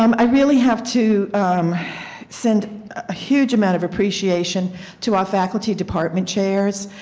um i really have to send a huge amount of appreciation to our faculty department chairs.